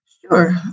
Sure